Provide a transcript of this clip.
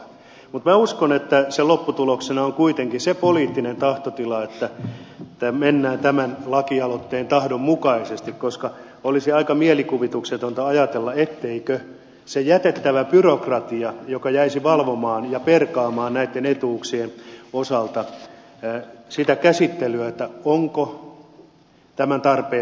mutta minä uskon että sen lopputuloksena on kuitenkin se poliittinen tahtotila että mennään tämän lakialoitteen tahdon mukaisesti koska olisi aika mielikuvituksetonta ajatella ettei olisi turhaa jättää sellaista byrokratiaa sinne joka jäisi valvomaan ja perkaamaan näitten etuuksien osalta sitä käsittelyä onko tämän tarpeen